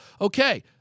okay